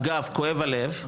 אגב כואב הלב,